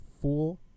full